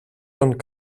τον